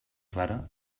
clara